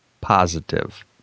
positive